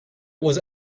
was